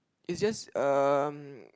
is just um